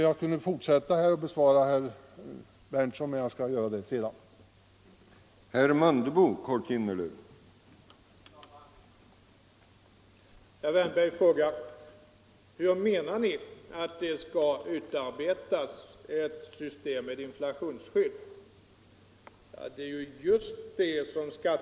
Jag skall fortsätta att bemöta herr Berndtsons inlägg litet senare i debatten.